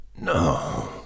No